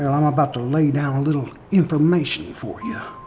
and i'm about to lay down a little information for ya.